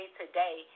today